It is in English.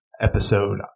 episode